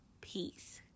Peace